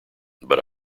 but